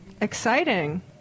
Exciting